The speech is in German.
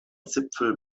zipfel